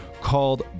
called